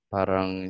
parang